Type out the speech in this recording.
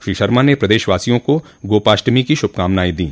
श्री शर्मा ने प्रदेशवासियों को गोपाष्टमी की शुभकामनाएं दी